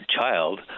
child